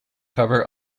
cover